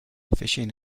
fishing